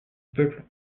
peuple